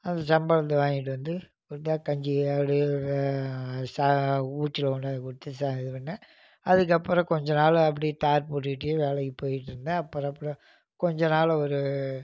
அந்த சம்பளத்தை வாங்கிகிட்டு வந்து கொடுத்தா கஞ்சி அப்படியே வீட்டுல கொண்டாந்து குடுத்து இது பண்ணேன் அதுக்கப்புறம் கொஞ்சம் நாள் அப்படி தார் போட்டுக்கிட்டே வேலைக்கு போய்கிட்டு இருந்தேன் அப்புறம் அப்புறம் கொஞ்சம் நாள் ஒரு